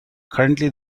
currently